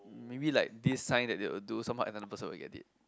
maybe like this sign that they will do somehow another person will get it